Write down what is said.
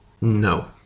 No